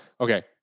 okay